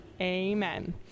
amen